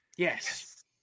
Yes